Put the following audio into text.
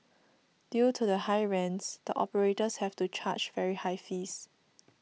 due to the high rents the operators have to charge very high fees